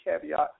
caveat